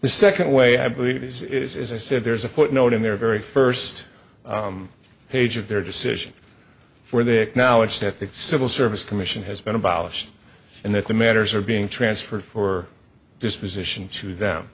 the second way i believe is as i said there's a footnote in their very first page of their decision where they acknowledge that the civil service commission has been abolished and that the matters are being transferred for disposition to them